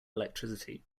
electricity